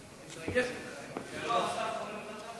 היא שומרת על חברות הביטוח,